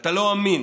אתה לא אמין.